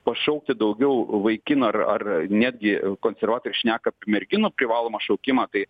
pašaukti daugiau vaikinų ar ar netgi koncervatoriai šneka merginų privalomą šaukimą tai